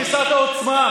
ודווקא מתוך תפיסת העוצמה,